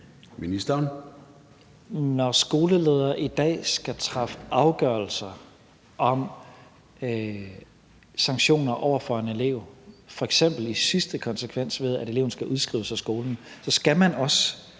Når skoleledere i dag skal træffe afgørelser om sanktioner over for en elev, f.eks. i sidste konsekvens, ved at eleven skal udskrives af skolen, skal man også